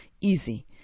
easy